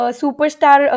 superstar